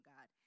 God